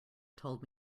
told